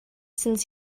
since